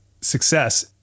success